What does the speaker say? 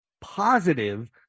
positive